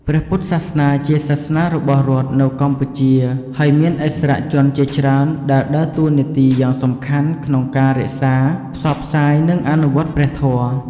ព្រះពុទ្ធសាសនាជាសាសនារបស់រដ្ឋនៅកម្ពុជា ហើយមានឥស្សរជនជាច្រើនដែលដើរតួនាទីយ៉ាងសំខាន់ក្នុងការរក្សា ផ្សព្វផ្សាយ និងអនុវត្តព្រះធម៌។